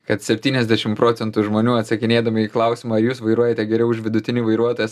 kad septyniasdešimt procentų žmonių atsakinėdami į klausimą ar jūs vairuojate geriau už vidutinį vairuotojas